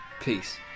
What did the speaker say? peace